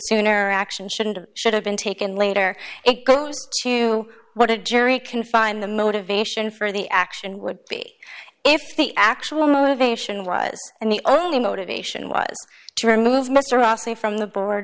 should have been taken later it goes to what a jury can find the motivation for the action would be if the actual motivation was and the only motivation was to remove mr rossley from the board